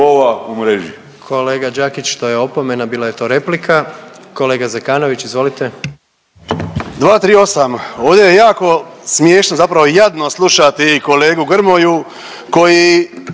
Kolega Đakić to je opomena, bila je to replika. Kolega Zekanović, izvolite. **Zekanović, Hrvoje (HDS)** 238. Ovdje je jako smiješno, zapravo jadno slušati kolegu Grmoju koji